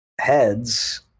heads